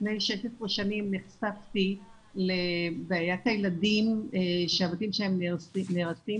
לפני 16 שנים נחשפתי לבעיית הילדים שהבתים שלהם נהרסים